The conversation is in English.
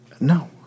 No